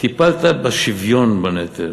טיפלת בשוויון בנטל,